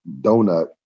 donut